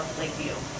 lakeview